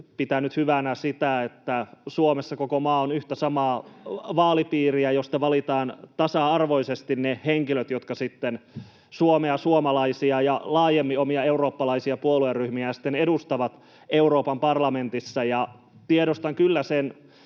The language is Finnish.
pitänyt hyvänä sitä, että Suomessa koko maa on yhtä samaa vaalipiiriä, josta valitaan tasa-arvoisesti ne henkilöt, jotka sitten Suomea, suomalaisia ja laajemmin omia eurooppalaisia puolueryhmiään edustavat Euroopan parlamentissa. Tiedostan kyllä sen